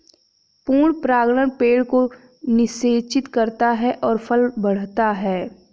पूर्ण परागण पेड़ को निषेचित करता है और फल बढ़ता है